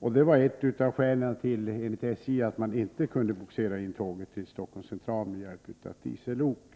Detta var enligt SJ ett av skälen till att man inte kunde bogsera in tåget till Stockholms Central med hjälp av ett diesellok.